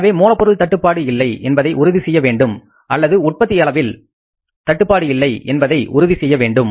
எனவே மூலப்பொருட்கள் தட்டுப்பாடு இல்லை என்பதை உறுதி செய்ய வேண்டும் அல்லது உற்பத்தி அளவில் தட்டுப்பாடு இல்லை என்பதை உறுதி செய்ய வேண்டும்